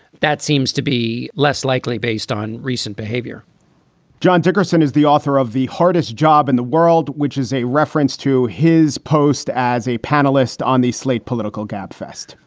that seems to be less likely based on recent behavior john dickerson is the author of the hardest job in the world, which is a reference to his post as a panelist on the slate political gabfest.